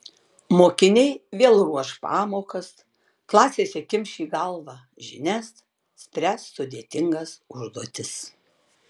mokiniai vėl ruoš pamokas klasėse kimš į galvą žinias spręs sudėtingas užduotis